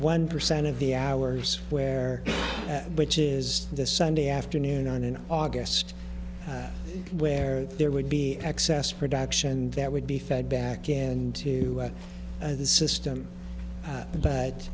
one percent of the hours where which is this sunday afternoon on an august where there would be excess production that would be fed back in to the system